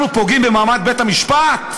אנחנו פוגעים במעמד בית-המשפט?